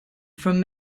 from